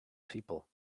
people